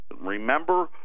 remember